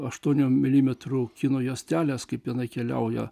aštuonių milimetrų kino juosteles kaip jinai keliauja